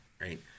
Right